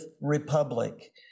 republic